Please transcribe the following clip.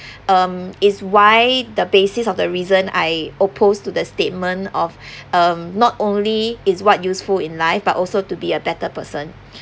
um is why the basis of the reason I opposed to the statement of um not only is what useful in life but also to be a better person